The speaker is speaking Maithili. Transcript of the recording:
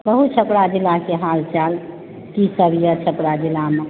कहु छपरा जिलाके हाल चाल की सब यऽ छपरा जिलामे